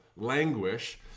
languish